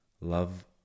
love